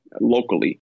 locally